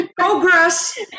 Progress